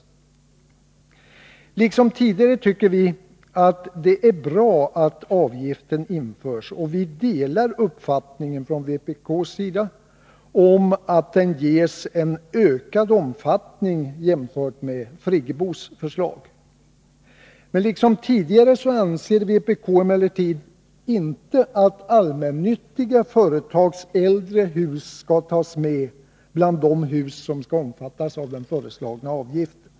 Liksom tidigare tycker vi från vpk:s sida att det är bra att avgiften införs, och vi delar uppfattningen att den skall ges en ökad omfattning jämfört med enligt Birgit Friggebos förslag. Liksom tidigare anser vpk emellertid inte att allmännyttiga företags äldre hus skall tas med bland de hus som skall omfattas av den föreslagna avgiften.